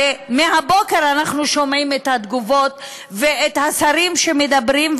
הרי מהבוקר אנחנו שומעים את התגובות ואת השרים שמדברים,